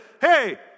hey